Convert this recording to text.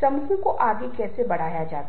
से उसे पूरा करता है